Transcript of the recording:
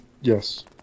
Yes